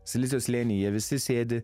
silicio slėny jie visi sėdi